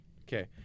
Okay